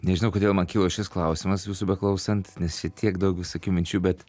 nežinau kodėl man kilo šis klausimas jūsų beklausant nes čia tiek daug visokių minčių bet